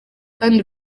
kandi